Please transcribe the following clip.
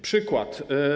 Przykład.